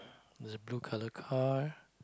there's a blue color car